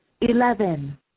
eleven